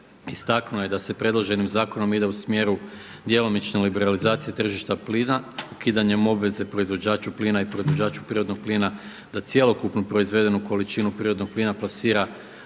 istaknuo je da se predloženim zakonom ide u smjeru djelomične liberalizacije tržišta plina ukidanjem obveze proizvođaču plina i proizvođaču prirodnog plina da cjelokupno proizvedenu količinu prirodnog plina plasira